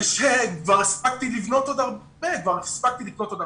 כבר הספקתי לבנות עוד הרבה עסקים.